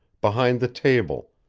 behind the table,